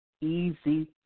easy